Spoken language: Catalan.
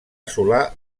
assolar